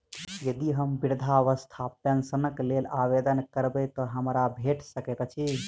यदि हम वृद्धावस्था पेंशनक लेल आवेदन करबै तऽ हमरा भेट सकैत अछि?